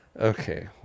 Okay